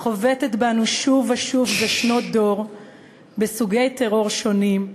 החובטת בנו שוב ושוב זה שנות דור בסוגי טרור שונים,